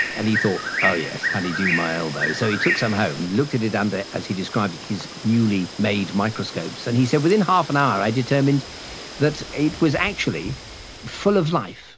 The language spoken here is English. and he thought, oh yes, honey-dew my elbow. so he took some home, looked at it under, as he described it, his newly-made microscopes, and he said within half an hour i determined that it was actually full of life,